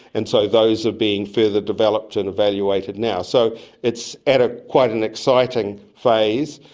and so those are being further developed and evaluated now. so it's at ah quite an exciting phase.